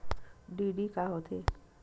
DD का होथे?